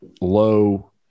low